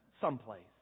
someplace